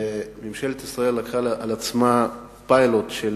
וממשלת ישראל לקחה על עצמה פיילוט של